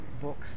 books